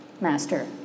master